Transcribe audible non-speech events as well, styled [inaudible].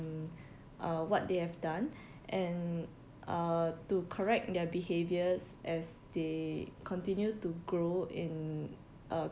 uh what they have done [breath] and uh to correct their behaviors as they continue to grow in uh